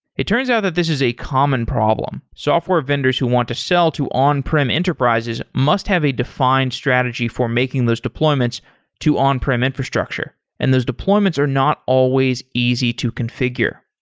it turns out that this is a common problem. software vendors who want to sell to on-prem enterprises must have a defined strategy for making those deployments to on-prem infrastructure, and those deployments are not always easy to configure.